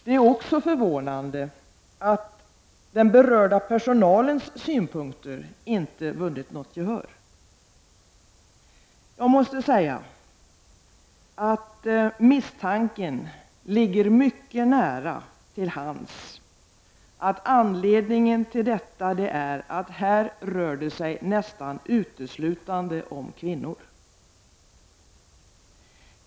Det är också förvånande att den berörda personalens synpunkter inte vunnit något gehör. Jag måste säga att misstanken ligger mycket nära till hands att anledningen till detta är att det här rör sig nästan uteslutande om kvinnor.